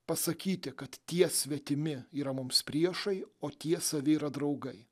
pasakyti kad tie svetimi yra mums priešai o tiesa vyra draugai